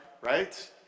right